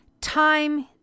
time